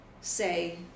say